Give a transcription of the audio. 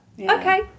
okay